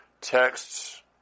texts